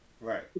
right